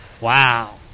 Wow